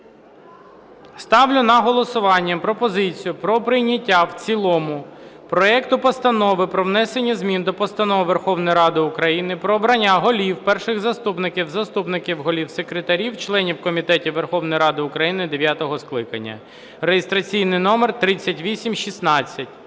Ставлю на голосування пропозицію про прийняття в цілому проекту Постанови про внесення змін до Постанови Верховної Ради "Про обрання голів, перших заступників, заступників голів, секретарів, членів комітетів Верховної Ради України дев'ятого скликання" (реєстраційний номер 3816).